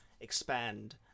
expand